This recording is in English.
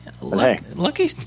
lucky